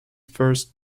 first